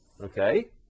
Okay